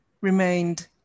remained